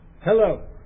hello